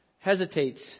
hesitates